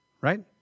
Right